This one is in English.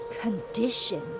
Condition